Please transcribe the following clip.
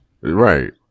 Right